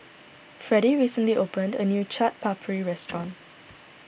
Fredie recently opened a new Chaat Papri restaurant